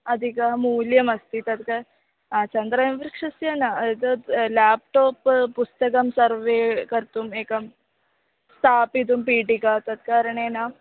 अधिकमूल्यमस्ति तत् क चन्द्रवृक्षस्य न एतत् लेप्टाप् पुस्तकं सर्वे कर्तुम् एकं स्थापितुं पेटिका तत् कारणेन